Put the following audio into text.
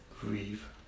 grieve